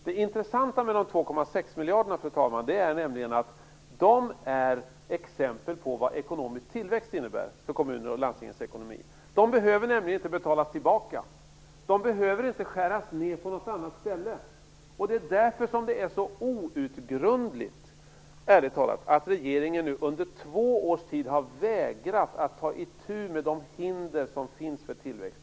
Det intressanta med dessa 2,6 miljarder, fru talman, är att de är exempel på vad ekonomisk tillväxt innebär för kommunernas och landstingens ekonomi. De behöver nämligen inte betalas tillbaka. Motsvarande summa behöver inte skäras ned på något annat ställe. Det är därför som det är så outgrundligt, ärligt talat, att regeringen nu under två års tid har vägrat att ta itu med de hinder som finns för tillväxt.